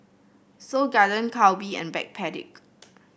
Seoul Garden Calbee and Backpedic